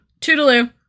Toodaloo